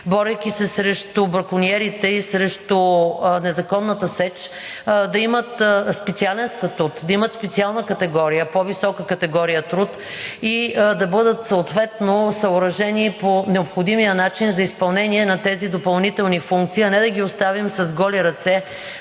борейки се срещу бракониерите и срещу незаконната сеч, да имат специален статут, да имат специална категория – по-висока категория труд, да бъдат съответно съоръжени по необходимия начин за изпълнение на тези допълнителни функции, а не да ги оставим с голи ръце,